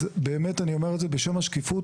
אז באמת אני אומר את זה בשם השקיפות,